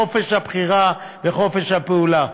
חופש הבחירה וחופש הפעולה.